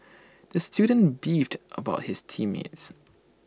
the student beefed about his team mates